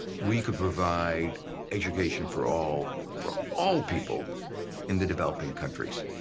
we could provide education for all, for all people in the developing countries.